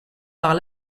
par